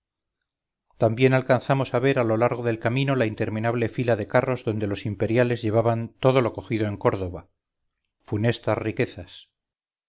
también alcanzamos a ver a lo largo del camino la interminable fila de carros donde los imperiales llevaban todo lo cogido en córdoba funestas riquezas